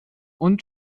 und